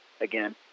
again